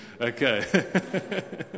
okay